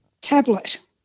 Tablet